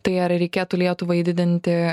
tai ar reikėtų lietuvai didinti